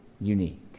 unique